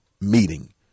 meeting